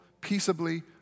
peaceably